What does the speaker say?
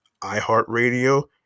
iHeartRadio